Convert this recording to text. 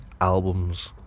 albums